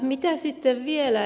mitä sitten vielä